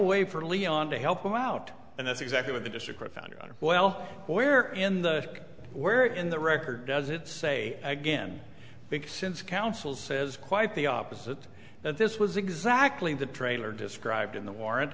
way for leon to help you out and that's exactly what the district found on well where in the where in the record does it say again because since counsel says quite the opposite that this was exactly the trailer described in the warran